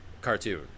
cartoon